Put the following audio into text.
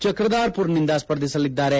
ಚಕ್ರಧಾರ್ಮರ್ನಿಂದ ಸ್ಪರ್ಧಿಸಲಿದ್ದಾರೆ